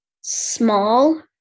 small